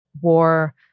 war